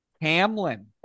Hamlin